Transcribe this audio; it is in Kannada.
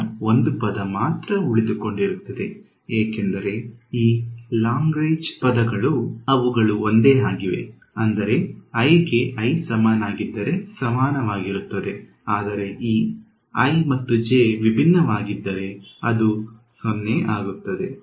ಕೇವಲ ಒಂದು ಪದ ಮಾತ್ರ ಉಳಿದುಕೊಂಡಿರುತ್ತದೆ ಏಕೆಂದರೆ ಈ ಲಾಗ್ರೇಂಜ್ ಬಹುಪದಗಳು ಅವುಗಳು ಒಂದೇ ಆಗಿವೆ ಅಂದರೆ i ಗೆ i ಸಮನಾಗಿದ್ದರೆ ಸಮನಾಗಿರುತ್ತವೆ ಆದರೆ ಈ i ಮತ್ತು j ವಿಭಿನ್ನವಾಗಿದ್ದರೆ ಅದು 0 ಆಗುತ್ತದೆ